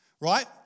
Right